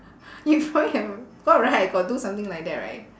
you probably have got right I got do something like that right